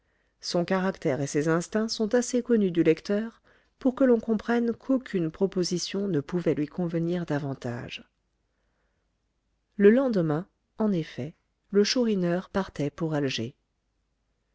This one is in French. son caractère et ses instincts sont assez connus du lecteur pour que l'on comprenne qu'aucune proposition ne pouvait lui convenir davantage le lendemain en effet le chourineur partait pour alger